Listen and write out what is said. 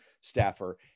staffer